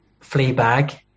Fleabag